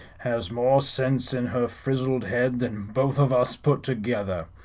has more sinse in her frizzled head than both of us put together.